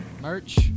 Merch